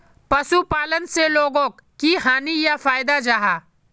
पशुपालन से लोगोक की हानि या फायदा जाहा?